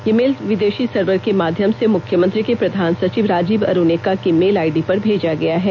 यह मेल विदेशी सर्वर के माध्यम से मुख्यमंत्री के प्रधान सचिव राजीव अरुण एक्का की मेल आईडी पर भेजा गया है